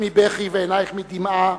ועיניך מדמעה,